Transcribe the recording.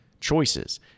choices